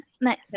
nice